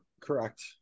correct